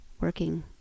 working